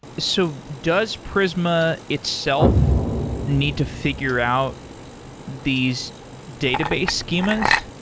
so does prisma itself need to figure out these database schemas,